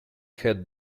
had